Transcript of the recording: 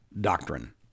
doctrine